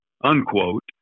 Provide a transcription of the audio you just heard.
unquote